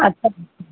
अच्छा